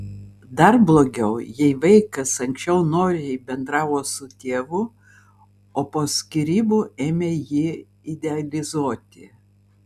dar blogiau jei vaikas anksčiau noriai bendravo su tėvu o po skyrybų ėmė jį idealizuoti